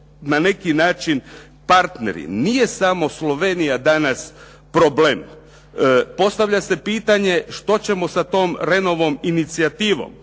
na neki način partneri. Nije samo Slovenija danas problem. Postavlja se pitanje što ćemo sa tom Rehnovom inicijativom?